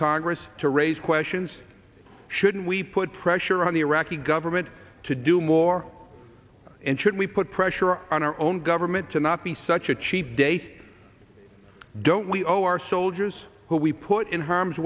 congress to raise questions should we put pressure on the iraqi government to do more in should we put pressure on our own government to not be such a cheap date don't we owe our soldiers who we put in harm's